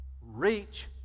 reach